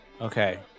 Okay